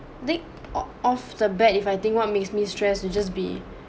think or of the bat if I think what makes me stress it just be